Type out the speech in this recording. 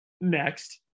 next